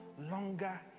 longer